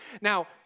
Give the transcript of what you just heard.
Now